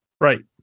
Right